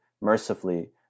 mercifully